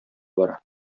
бара